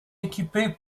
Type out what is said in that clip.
équipé